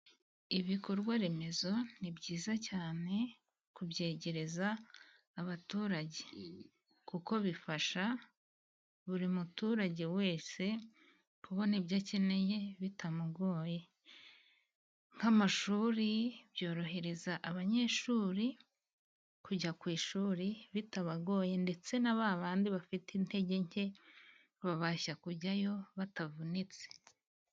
Ibikorwa remezo ni byiza cyane kubyegereza abaturage kuko bifasha buri muturage wese kubona ibyo akeneye bitamugoye nk'amashuri; byorohereza abanyeshuri kujya ku ishuri bitabagoye ndetse na ba bandi bafite intege nke babasha kujyayo batavunitse.